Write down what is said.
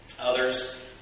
Others